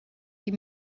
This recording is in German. die